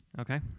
Okay